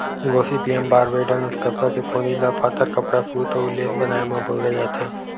Gossypium barbadense कपसा के पोनी ल पातर कपड़ा, सूत अउ लेस बनाए म बउरे जाथे